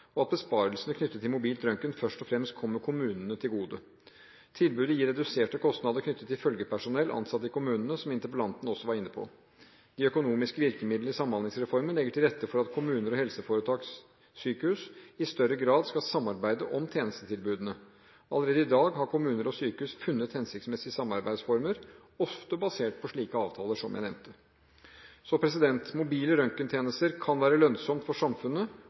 og at besparelsene knyttet til mobil røntgen først og fremst kommer kommunene til gode. Tilbudet gir reduserte kostnader knyttet til følgepersonell ansatt i kommunene, som interpellanten også var inne på. De økonomiske virkemidlene i Samhandlingsreformen legger til rette for at kommuner og helseforetakssykehus i større grad skal samarbeide om tjenestetilbudene. Allerede i dag har kommuner og sykehus funnet hensiktsmessige samarbeidsformer – ofte basert på slike avtaler som jeg nevnte. Mobile røntgentjenester kan være lønnsomt for samfunnet